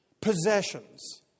possessions